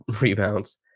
rebounds